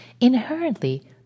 inherently